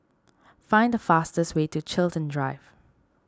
find the fastest way to Chiltern Drive